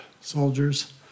soldiers